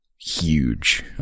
Huge